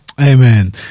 Amen